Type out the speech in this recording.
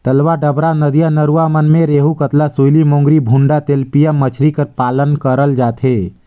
तलवा डबरा, नदिया नरूवा मन में रेहू, कतला, सूइली, मोंगरी, भुंडा, तेलपिया मछरी कर पालन करल जाथे